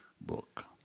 book